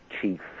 chief